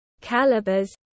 calibers